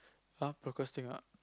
[huh] procrastinate